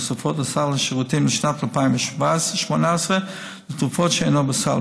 נוספות בסל השירותים לשנת 2018-2017 לתרופות שאינן בסל,